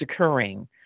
occurring